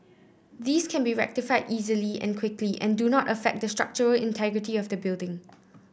these can be rectified easily and quickly and do not affect the structural integrity of the building